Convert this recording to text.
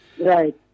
Right